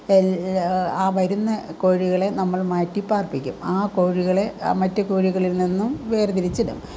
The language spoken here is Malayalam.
ആ വരുന്ന കോഴികളെ നമ്മൾ മാറ്റി പാർപ്പിക്കും ആ കോഴികളെ മറ്റ് കോഴികളിൽ നിന്നും വേർതിരിച്ചിടും